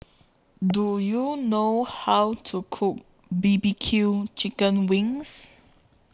Do YOU know How to Cook B B Q Chicken Wings